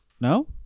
No